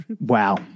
Wow